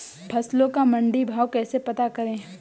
फसलों का मंडी भाव कैसे पता करें?